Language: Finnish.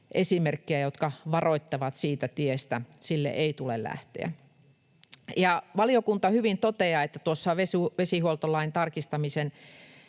esimerkkejä, jotka varoittavat siitä tiestä. Sille ei tule lähteä. Ja valiokunta hyvin toteaa, että vesihuoltolain tarkistamisen